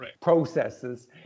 processes